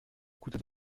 coûtent